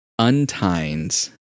Untines